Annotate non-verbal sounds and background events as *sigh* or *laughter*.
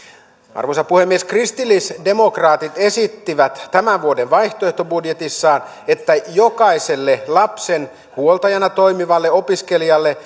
arvoisa puhemies kristillisdemokraatit esittivät tämän vuoden vaihtoehtobudjetissaan että jokaiselle lapsen huoltajana toimivalle opiskelijalle *unintelligible*